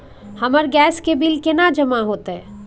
हमर गैस के बिल केना जमा होते?